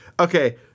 Okay